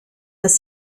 dass